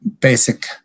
basic